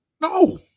No